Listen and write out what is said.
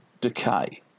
decay